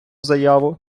заяву